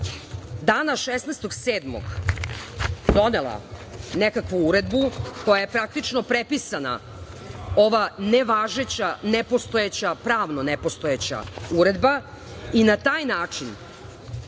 dana 16. jula donela nekakvu Uredbu koja je praktično prepisana ova nevažeća, nepostojeća pravno nepostojeća Uredba i na taj način